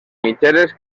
mitgeres